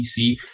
PC